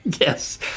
Yes